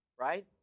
right